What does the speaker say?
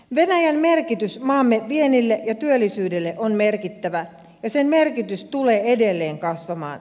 venäjän merkitys maamme viennille ja työllisyydelle on merkittävä ja sen merkitys tulee edelleen kasvamaan